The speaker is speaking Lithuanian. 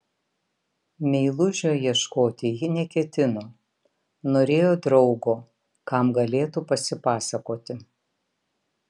meilužio ieškoti ji neketino norėjo draugo kam galėtų pasipasakoti